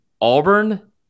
Auburn